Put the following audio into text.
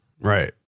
right